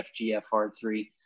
FGFR3